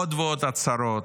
עוד ועוד הצהרות,